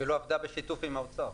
היא אפילו עבדה בשיתוף עם האוצר.